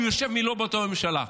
הוא יושב מולו באותה ממשלה.